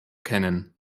kennen